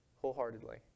wholeheartedly